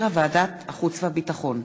שהחזירה ועדת החוץ והביטחון.